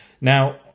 Now